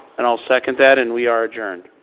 and i'll second that and we are adjourned.